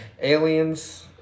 aliens